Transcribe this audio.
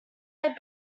five